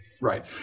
Right